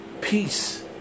peace